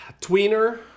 Tweener